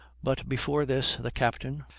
but before this, the captain,